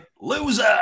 Loser